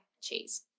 cheese